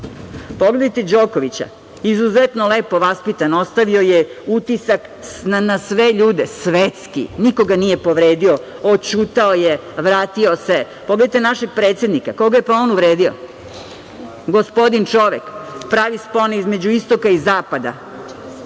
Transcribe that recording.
sportu. Pogledajte Đokovića, izuzetno lepo vaspitan, ostavio je utisak na sve ljude, svetski, nikoga nije povredio, oćutao je, vratio se. Pogledajte našeg predsednika, koga je pa on uvredio, gospodin čovek? Pravi spone između istoka i zapada,